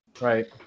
Right